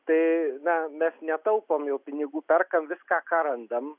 tai na mes netaupom jau pinigų perkam viską ką randam